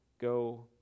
go